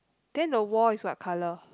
then the wall is what colour